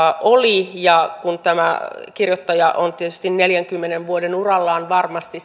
oli ja kun tämä kirjoittaja on tietysti neljänkymmenen vuoden urallaan ollut varmasti